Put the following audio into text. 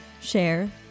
share